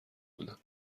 بودم